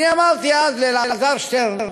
אני אמרתי אז לאלעזר שטרן: